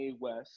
West